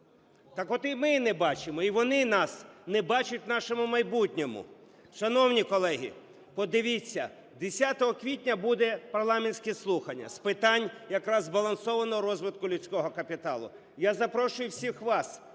Так от, і ми не бачимо, і вони нас не бачать в нашому майбутньому. Шановні колеги, подивіться, 10 квітня будуть парламентські слухання з питань якраз збалансованого розвитку людського капіталу. Я запрошую всіх вас.